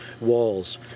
walls